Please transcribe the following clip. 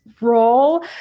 role